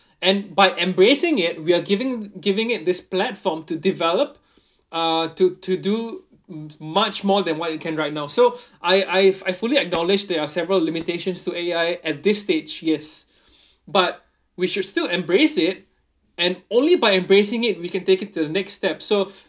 and by embracing it we're giving giving it this platform to develop uh to to do much more than what it can right now so I I I fully acknowledge there are several limitations to A_I at this stage yes but we should still embrace it and only by embracing it we can take it to the next step so